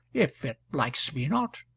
if it likes me not?